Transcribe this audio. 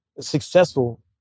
successful